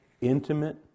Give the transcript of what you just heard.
intimate